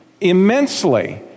immensely